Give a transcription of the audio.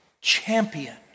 champion